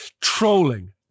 trolling